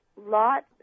lots